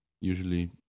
usually